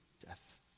death